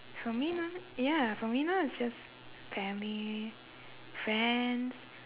for me now ya for me now is just family friends